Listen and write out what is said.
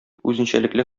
үзенчәлекле